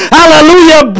hallelujah